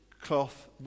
cloth